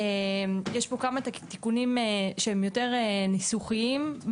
יש פה כמה תיקונים שהם יותר ניסוחיים,